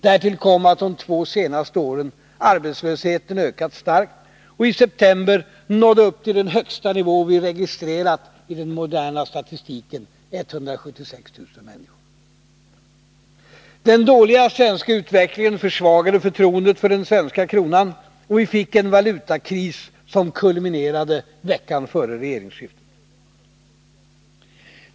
Därtill kom att arbetslösheten de två senaste åren ökat starkt och i september nådde upp till den högsta nivå vi registrerat i den moderna statistiken — 176 000 människor. Den dåliga svenska utvecklingen försvagade förtroendet för den svenska kronan, och vi fick en valutakris som kulminerade veckan före regeringsskiftet.